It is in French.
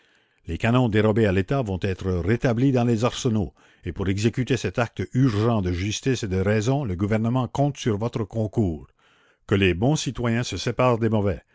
commune canons dérobés à l'état vont être rétablis dans les arsenaux et pour exécuter cet acte urgent de justice et de raison le gouvernement compte sur votre concours que les bons citoyens se séparent des mauvais